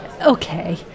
okay